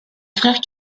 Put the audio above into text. frère